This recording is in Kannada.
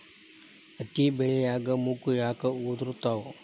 ಹತ್ತಿ ಬೆಳಿಯಾಗ ಮೊಗ್ಗು ಯಾಕ್ ಉದುರುತಾವ್?